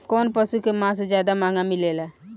कौन पशु के मांस ज्यादा महंगा मिलेला?